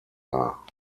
dar